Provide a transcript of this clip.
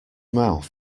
mouth